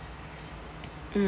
um